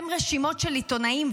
הידיים הן הידיים של בנימין נתניהו.